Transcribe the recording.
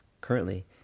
currently